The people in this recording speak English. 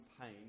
pain